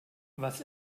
was